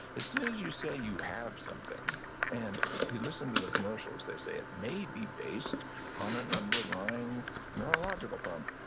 as soon as you say you have something and you listen to the commercials, they say, it may be based on an underlying neurological problem.